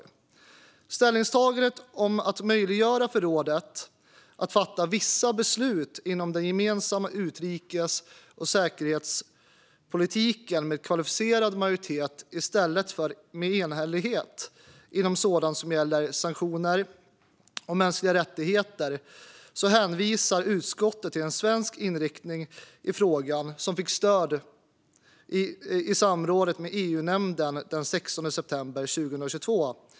I ställningstagandet om att möjliggöra för rådet att fatta vissa beslut inom den gemensamma utrikes och säkerhetspolitiken med kvalificerad majoritet i stället för med enhällighet inom sådant som gäller sanktioner och mänskliga rättigheter hänvisar utskottet till en svensk inriktning i frågan som fick stöd vid samrådet med EU-nämnden den 16 september 2022.